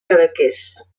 cadaqués